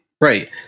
Right